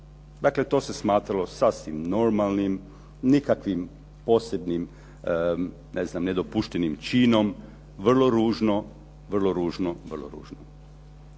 dakle to se smatralo sasvim normalnim, nikakvim posebnim ne znam, nedopuštenim činom. Vrlo ružno, vrlo ružno, vrlo ružno.